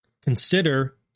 Consider